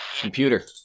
Computer